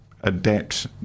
adapt